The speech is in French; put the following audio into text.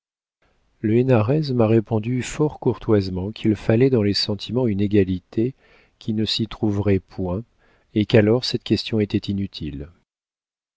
le hénarez m'a répondu fort courtoisement qu'il fallait dans les sentiments une égalité qui ne s'y trouverait point et qu'alors cette question était inutile